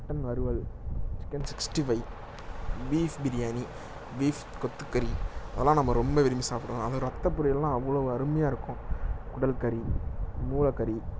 mutton வறுவல் chicken sixty five ஃபீவ் biryani beef கொத்துக்கறி அதெல்லாம் நம்ப ரொம்ப விரும்பி சாப்பிடுவேன் அது ரத்தப் பொரியல்லாம் அவ்வளோ அருமையாக இருக்கும் குடல்கறி மூளைக்கறி